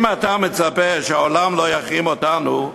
אם אתה מצפה שהעולם לא יחרים אתנו,